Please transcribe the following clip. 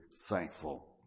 thankful